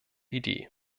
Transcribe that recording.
idee